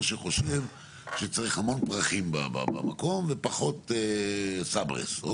שם שחושב שצריך הרבה פרחים במקום ופחות סברס.